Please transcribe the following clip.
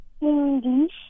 English